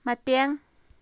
ꯃꯇꯦꯡ